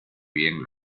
bien